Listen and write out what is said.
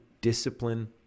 discipline